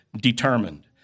determined